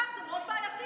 זה מאוד בעייתי,